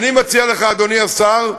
אני מציע לך, אדוני השר,